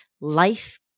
life